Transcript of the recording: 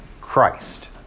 Christ